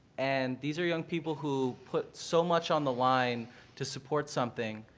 and these are young people who put so much on the line to support something.